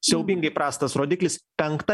siaubingai prastas rodiklis penkta